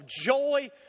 Joy